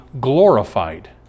glorified